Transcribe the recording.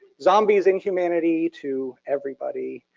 zombies, and humanity to everybody.